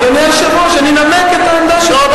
אדוני היושב-ראש, אני אנמק את העמדה שלי.